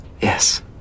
Yes